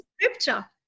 scripture